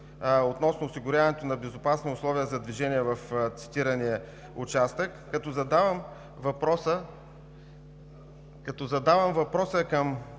относно осигуряването на безопасни условия за движение в цитирания участък? Като задавам въпроса към